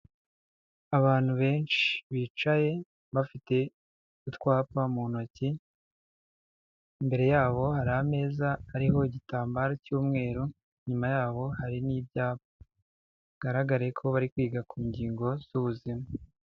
Abantu benshi bicaye bafite utwapa mu ntoki imbere yabo hari ameza ariho igitambaro cy'umweru inyuma yaho hari n'ibyapa bigaragare ko bari kwiga ku ngingo z'ubuzima.